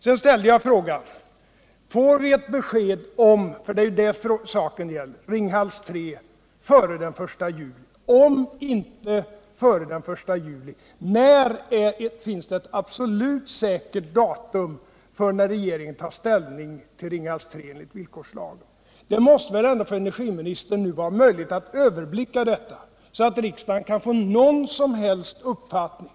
Sedan ställde jag frågan: Får vi besked om Ringhals 3 före den I juli? Det är judet saken gäller. Om vi inte får det, finns det då ett absolut säkert datum för när regeringen tar ställning till Ringhals 3 enligt villkorslagen? Det måste väl ändå vara möjligt för energiministern att nu överblicka detta, så att riksdagen kan få åtminstone något datum att ta fasta på.